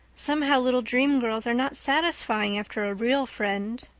somehow, little dream girls are not satisfying after a real friend.